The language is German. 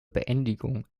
beendigung